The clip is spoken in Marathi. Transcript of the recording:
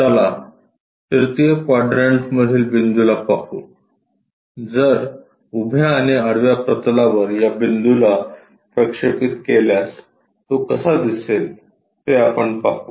चला तृतीय क्वाड्रंटमधील बिंदूला पाहू जर उभ्या आणि आडव्या प्रतलावर या बिंदूला प्रक्षेपित केल्यास तो कसा दिसेल ते आपण पाहू